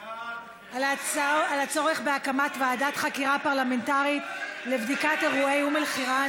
על הצורך בהקמת ועדת חקירה פרלמנטרית לבדיקת אירועי אום אל-חיראן